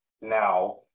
now